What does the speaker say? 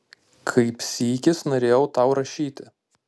kaip sykis norėjau tau rašyti